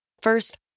First